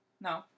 No